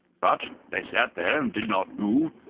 but they sat there and did not move,